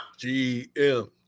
GM